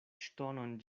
ŝtonon